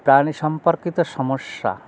প্রাণী সম্পর্কিত সমস্যা